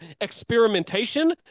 experimentation